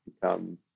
become